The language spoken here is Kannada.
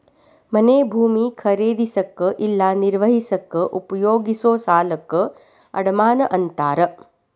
ಮನೆ ಭೂಮಿ ಖರೇದಿಸಕ ಇಲ್ಲಾ ನಿರ್ವಹಿಸಕ ಉಪಯೋಗಿಸೊ ಸಾಲಕ್ಕ ಅಡಮಾನ ಅಂತಾರ